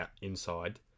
inside